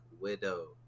Widow